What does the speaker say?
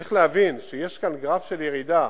צריך להבין שיש כאן גרף של ירידה,